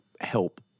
help